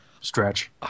stretch